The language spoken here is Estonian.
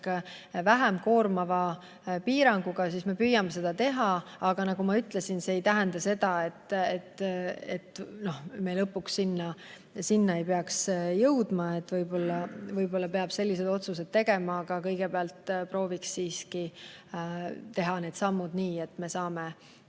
vähem koormava piiranguga, siis me püüame seda teha, aga nagu ma ütlesin, see ei tähenda seda, et me lõpuks selleni ei jõua. Võib-olla peab karmimaid otsuseid tegema, aga kõigepealt prooviks siiski teha need sammud nii, et me saame